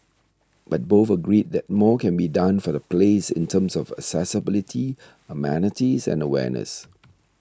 but both agreed that more can be done for the place in terms of accessibility amenities and awareness